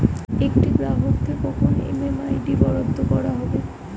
একটি গ্রাহককে কখন এম.এম.আই.ডি বরাদ্দ করা হবে?